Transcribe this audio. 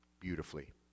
beautifully